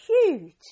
huge